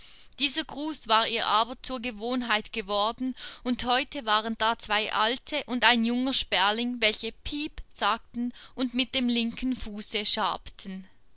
dieser gruß war ihr aber zur gewohnheit geworden und heute waren da zwei alte und ein junger sperling welche piep sagten und mit dem linken fuße schabten